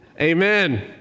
Amen